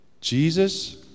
Jesus